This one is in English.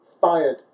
fired